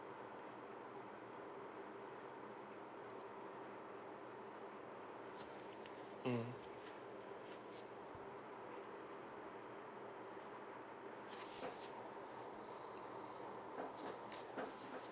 mm